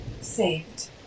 saved